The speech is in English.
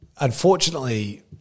Unfortunately